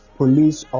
police